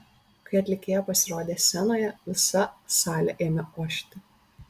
kai atlikėja pasirodė scenoje visa salė ėmė ošti